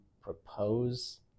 propose